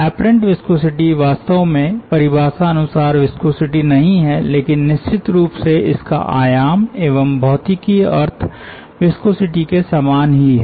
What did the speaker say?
apparent viscosity वास्तव में परिभाषा अनुसार विस्कोसिटी नहीं है लेकिन निश्चित रूप से इसका आयाम एवं भौतिकीय अर्थ विस्कोसिटी के समान ही है